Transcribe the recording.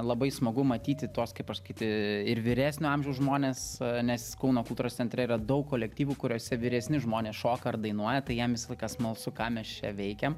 labai smagu matyti tuos kaip pasakyti ir vyresnio amžiaus žmones nes kauno kultūros centre yra daug kolektyvų kuriuose vyresni žmonės šoka ar dainuoja tai jiem visą laiką smalsu ką mes čia veikiam